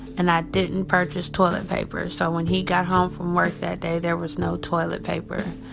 and i didn't purchase toilet paper. so when he got home from work that day, there was no toilet paper.